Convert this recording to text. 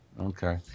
Okay